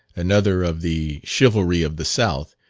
another of the chivalry of the south,